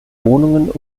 wohnungen